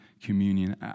communion